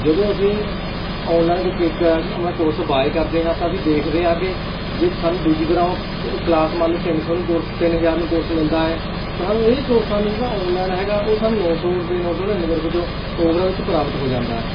ਜਦੋਂ ਅਸੀਂ ਔਨਲਾਈਨ ਕੋਈ ਆਪਣਾ ਕੋਰਸ ਬਾਏ ਕਰਦੇ ਹਾਂ ਤਾਂ ਅਸੀਂ ਦੇਖਦੇ ਹਾਂ ਕਿ ਜੇ ਸਾਨੂੰ ਦੂਜੀ ਤਰਾਂ ਉਹ ਕਲਾਸ ਮਨ ਲੋ ਤਿੰਨ ਸੋ ਨੂੰ ਕੋਰਸ ਤਿੰਨ ਹਜਾਰ ਨੂੰ ਕੋਰਸ ਮਿਲਦਾ ਏ ਤਾਂ ਸਾਨੂੰ ਇਹ ਕੋਰਸ ਸਾਨੂੰ ਜਿਹੜਾ ਆਨਲਾਈਨ ਹੈਗਾ ਉਹ ਸਾਨੂੰ ਨੋ ਸੋ ਰੁਪਏ ਨੋ ਸੋ ਨੜਿਨਵੇਂ ਰੁਪਏ ਚ ਉਹ ਓਵਰਾਂ ਵਿੱਚ ਪ੍ਰਾਪਤ ਹੋ ਜਾਂਦਾ